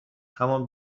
همان